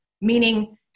meaning